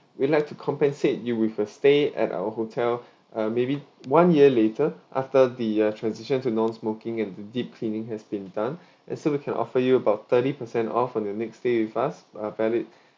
we'd like to compensate you with a stay at our hotel uh maybe one year later after the uh transition to non-moking and the deep cleaning has been done let's say we can offer you about thirty percent off on your next stay with us uh valid